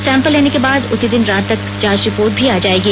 sample लेने के बाद उसी दिन रात तक जांच रिपोर्ट भी आ जाएगी